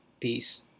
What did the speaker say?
Peace